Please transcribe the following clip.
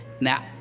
Now